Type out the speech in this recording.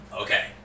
Okay